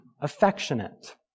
affectionate